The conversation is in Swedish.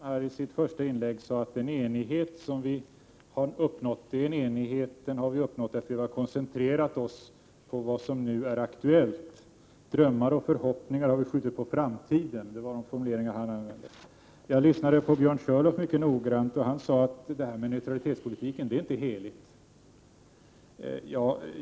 Herr talman! Ingemar Eliasson sade i sitt första inlägg att den enighet som vi har uppnått har uppnåtts därför att vi har koncentrerat oss på vad som nu är aktuellt. Drömmar och förhoppningar har vi skjutit på framtiden — det var den formulering han använde. Jag lyssnade mycket noggrant på Björn Körlof, och han sade att det här med neutraliteten är inte heligt.